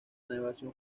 navegación